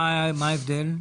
מה ההבדל?